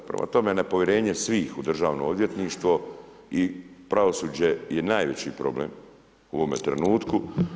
Prema tome, nepovjerenje svih u državno odvjetništvo i pravosuđe je najveći problem u ovome trenutku.